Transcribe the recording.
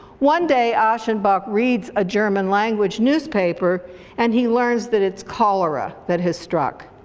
one day aschenbach reads a german language newspaper and he learns that it's cholera that has struck.